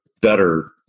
better